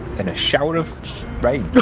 in a shower of